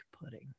pudding